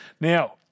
Now